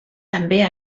també